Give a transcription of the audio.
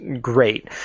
great